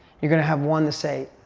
you're gonna have one to say, ah,